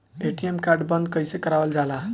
ATM card बन्द कईसे करावल जाला?